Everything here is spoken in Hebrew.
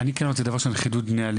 אני כן רוצה דבר ראשון חידוד נהלים.